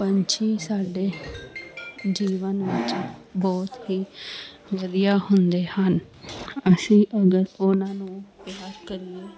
ਪੰਛੀ ਸਾਡੇ ਜੀਵਨ ਵਿੱਚ ਬਹੁਤ ਹੀ ਵਧੀਆ ਹੁੰਦੇ ਹਨ ਅਸੀਂ ਅਗਰ ਉਹਨਾਂ ਨੂੰ ਪਿਆਰ ਕਰੀਏ